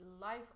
life